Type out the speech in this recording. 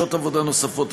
שעות עבודה נוספות,